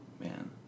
man